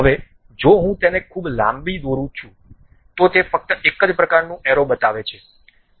હવે જો હું તેને ખૂબ લાંબી દોરું છું તો તે ફક્ત એક જ પ્રકારનું એરો બતાવે છે